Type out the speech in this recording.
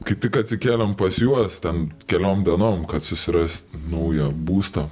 kai tik atsikėlėm pas juos ten keliom dienom kad susirast naują būstą